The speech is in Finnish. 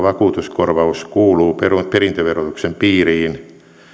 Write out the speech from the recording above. vakuutuskorvaus kuuluu perintöverotuksen piiriin